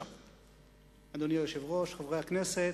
אדוני היושב-ראש, חברי הכנסת,